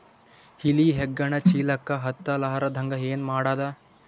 ಇಲಿ ಹೆಗ್ಗಣ ಚೀಲಕ್ಕ ಹತ್ತ ಲಾರದಂಗ ಏನ ಮಾಡದ?